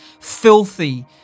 filthy